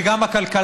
זה גם הכלכלה,